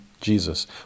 Jesus